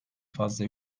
fazla